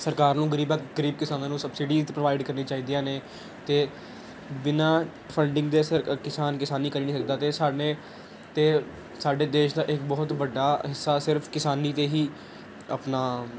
ਸਰਕਾਰ ਨੂੰ ਗਰੀਬਾ ਗਰੀਬ ਕਿਸਾਨਾਂ ਨੂੰ ਸਬਸਿਡੀ ਪ੍ਰੋਵਾਈਡ ਕਰਨੀ ਚਾਹੀਦੀਆਂ ਨੇ ਅਤੇ ਬਿਨਾਂ ਫੰਡਿੰਗ ਦੇ ਸ ਅ ਕਿਸਾਨ ਕਿਸਾਨੀ ਕਰ ਨਹੀਂ ਸਕਦਾ ਅਤੇ ਸਾਨੇ ਅਤੇ ਸਾਡੇ ਦੇਸ਼ ਦਾ ਇੱਕ ਬਹੁਤ ਵੱਡਾ ਹਿੱਸਾ ਸਿਰਫ ਕਿਸਾਨੀ 'ਤੇ ਹੀ ਆਪਣਾ